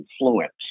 influence